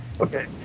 Okay